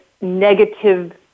negative